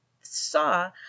saw